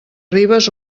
ribes